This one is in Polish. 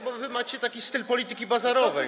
Bo wy macie taki styl polityki bazarowej.